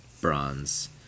Bronze